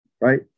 right